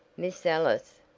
miss ellis,